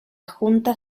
junta